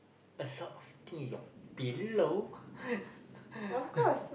a short of thing your pillow